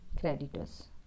creditors